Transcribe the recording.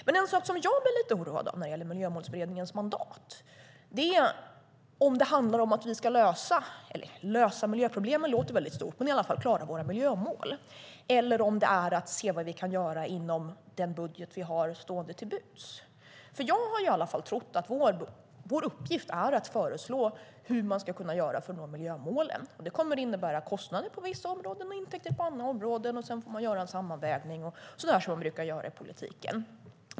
Men en sak som jag blir lite oroad av när det gäller Miljömålsberedningens mandat är om det handlar om att vi ska lösa miljöproblemen - det låter väldigt stort, men i alla fall klara våra miljömål - eller om det handlar om att se vad vi kan göra inom den budget som står till buds. Jag har trott att vår uppgift är att föreslå hur man ska göra för att kunna nå miljömålen. Det kommer att innebära kostnader på vissa områdena och intäkter på andra områdena, och sedan får man göra en sammanvägning, som man brukar göra i politiken.